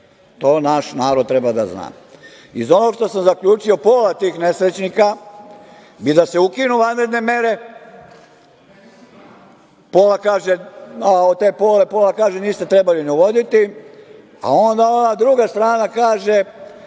To naš narod treba da zna. Ono što sam zaključio, pola tih nesrećnika bi da se ukinu vanredne mere, pola kaže - niste trebali ni uvoditi, a onda ona druga strana kaže